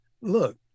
look